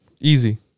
easy